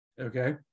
okay